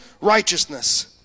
righteousness